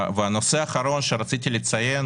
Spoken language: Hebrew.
הנושא האחרון שרציתי לציין.